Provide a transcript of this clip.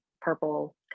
purple